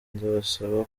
ndabasaba